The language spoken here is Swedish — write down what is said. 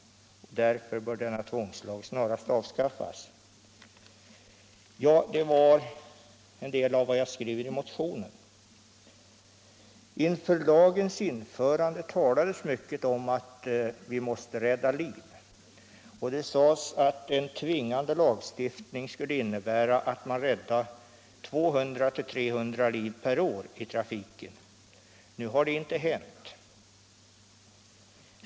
Därför bör denna tvångslag snarast avskaffas.” Det var en del av vad jag skrev i motionen. Inför lagens införande talades mycket om att vi måste rädda liv. Det sades att en tvingande lagstiftning skulle innebära att man räddade 200-300 liv per år i trafiken. Nu har det inte blivit så.